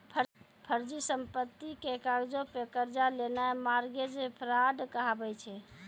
फर्जी संपत्ति के कागजो पे कर्जा लेनाय मार्गेज फ्राड कहाबै छै